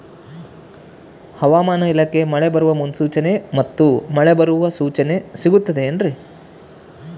ಹವಮಾನ ಇಲಾಖೆ ಮಳೆ ಬರುವ ಮುನ್ಸೂಚನೆ ಮತ್ತು ಮಳೆ ಬರುವ ಸೂಚನೆ ಸಿಗುತ್ತದೆ ಏನ್ರಿ?